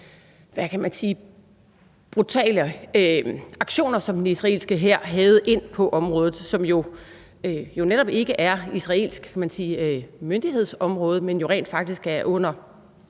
brutale aktioner, som den israelske hær havde ind på området, som jo netop ikke er et israelsk myndighedsområde, men jo rent faktisk hører under